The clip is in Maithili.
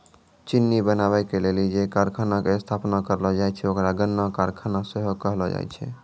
चिन्नी बनाबै के लेली जे कारखाना के स्थापना करलो जाय छै ओकरा गन्ना कारखाना सेहो कहलो जाय छै